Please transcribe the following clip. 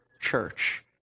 church